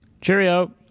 Cheerio